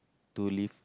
to live